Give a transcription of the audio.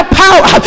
power